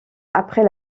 après